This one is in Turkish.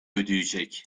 ödeyecek